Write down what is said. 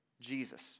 Jesus